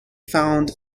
found